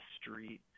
street